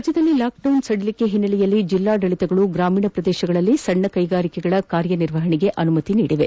ರಾಜ್ಞದಲ್ಲಿ lockdown ಸಡಿಲಿಕೆ ಹಿನ್ನಲೆಯಲ್ಲಿ ಜಿಲ್ಲಾಡಳಿತಗಳು ಗ್ರಮೀಣ ಪ್ರದೇಶಗಳಲ್ಲಿ ಸಣ್ಣ ಕೈಗಾರಿಕೆಗಳ ಕಾರ್ಯನಿರ್ವಹಣೆಗೆ ಅನುಮತಿ ನೀಡಿವೆ